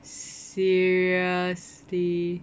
seriously